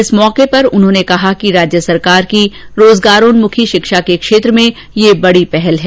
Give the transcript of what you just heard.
इस मौके पर उन्होंने कहा कि राज्य सरकार की रोजगारोन्मुखी शिक्षा के क्षेत्र में यह बड़ी पहल है